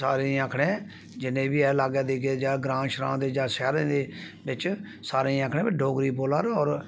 सारें गी आखने जिन्ने बी ऐ लाग्गे धिग्गे जां ग्रांऽ शांऽ जां शैह्रें दे बिच्च सारें गी आखने भाई डोगरी बोला करो होर